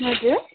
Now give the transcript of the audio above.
हजुर